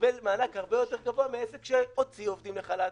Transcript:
קיבל מענק הרבה יותר גבוה מעסק שהוציא עובדים לחל"ת.